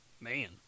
Man